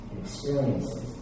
experiences